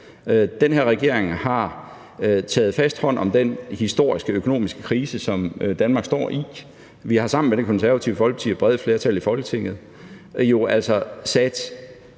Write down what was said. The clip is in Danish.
Den her regering har taget fast hånd om den historiske økonomiske krise, som Danmark står i. Vi har sammen med Det Konservative Folkeparti og brede flertal i Folketinget jo altså sat